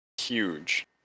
Huge